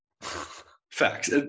Facts